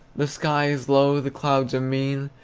the sky is low, the clouds are mean,